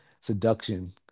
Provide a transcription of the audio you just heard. seduction